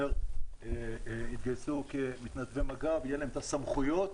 יתגייסו כמתנדבי מג"ב יהיו להם הסמכויות,